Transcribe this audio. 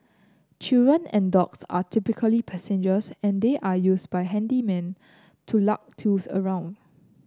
children and dogs are typical passengers and they're used by handymen to lug tools around